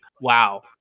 wow